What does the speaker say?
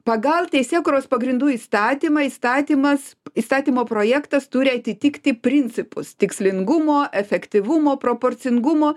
pagal teisėkūros pagrindų įstatymą įstatymas įstatymo projektas turi atitikti principus tikslingumo efektyvumo proporcingumo